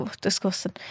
disgusting